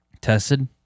Tested